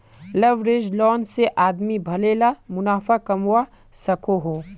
leveraged loan से आदमी भले ला मुनाफ़ा कमवा सकोहो